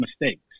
mistakes